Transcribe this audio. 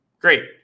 great